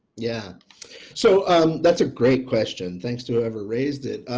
yeah so um that's a great question. thanks to whoever raised it.